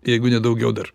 jeigu ne daugiau dar